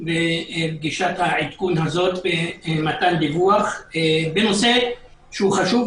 העדכון הזאת ומתן דיווח בנושא שהוא חשוב.